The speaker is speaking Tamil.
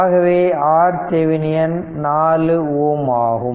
ஆகவே RThevenin 4 ஓம் ஆகும்